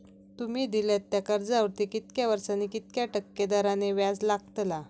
तुमि दिल्यात त्या कर्जावरती कितक्या वर्सानी कितक्या टक्के दराने व्याज लागतला?